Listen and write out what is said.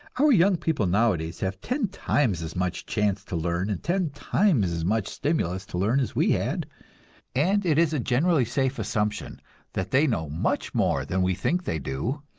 our young people nowadays have ten times as much chance to learn and ten times as much stimulus to learn as we had and it is a generally safe assumption that they know much more than we think they do,